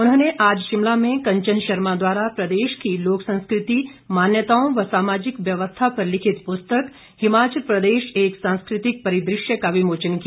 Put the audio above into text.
उन्होंने आज शिमला में कंचन शर्मा द्वारा प्रदेश की लोक संस्कृति मान्यताओं व सामाजिक व्यवस्था पर लिखित पुस्तक हिमाचल प्रदेश एक सांस्कृतिक परिदृश्य का विमोचन किया